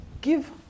give